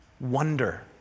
wonder